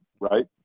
right